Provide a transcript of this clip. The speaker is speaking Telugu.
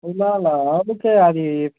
ఇలా అందుకే అది